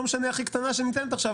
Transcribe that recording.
לא משנה אם היא הכי קטנה שניתנת עכשיו,